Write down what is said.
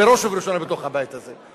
בראש ובראשונה בתוך הבית הזה.